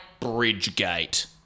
Bridgegate